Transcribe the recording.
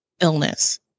illness